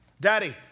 daddy